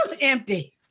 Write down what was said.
empty